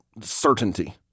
certainty